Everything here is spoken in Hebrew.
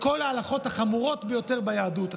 בכל ההלכות החמורות ביותר ביהדות,